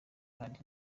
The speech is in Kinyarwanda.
kandi